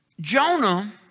Jonah